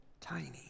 tiny